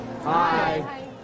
Hi